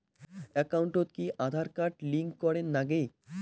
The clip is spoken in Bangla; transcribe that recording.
একাউন্টত কি আঁধার কার্ড লিংক করের নাগে?